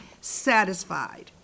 satisfied